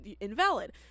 invalid